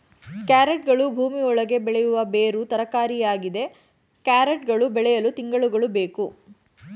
ಕ್ಯಾರೆಟ್ಗಳು ಭೂಮಿ ಒಳಗೆ ಬೆಳೆಯುವ ಬೇರು ತರಕಾರಿಯಾಗಿದೆ ಕ್ಯಾರೆಟ್ ಗಳು ಬೆಳೆಯಲು ತಿಂಗಳುಗಳು ಬೇಕು